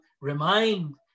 remind